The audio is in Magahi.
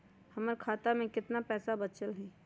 हमर खाता में केतना पैसा बचल हई?